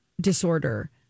disorder